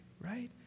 right